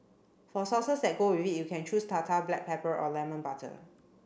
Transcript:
for sauces that go with it you can choose tartar black pepper or lemon butter